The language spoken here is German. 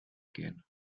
gehen